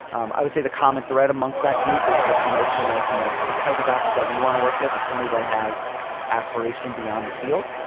i would say the common thread amongst that group is just the notion of you know the type of athlete that we wanna work with is somebody that has aspiration beyond the field